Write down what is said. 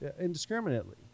indiscriminately